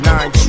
Nine